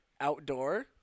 outdoor